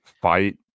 fight